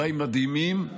אולי מדהימים,